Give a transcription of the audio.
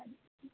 तद्